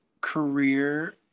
career